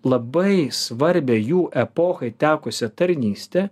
labai svarbią jų epochai tekusią tarnystę